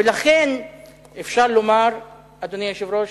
ולכן אפשר לומר, אדוני היושב-ראש,